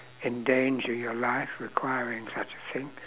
endanger your life requiring such a thing